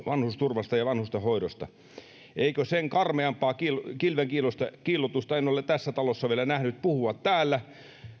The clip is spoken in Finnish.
vanhusturvasta ja vanhustenhoidosta en sen karmeampaa kilvenkiillotusta ole tässä talossa vielä nähnyt puhuu täällä